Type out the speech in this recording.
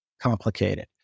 complicated